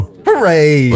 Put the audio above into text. Hooray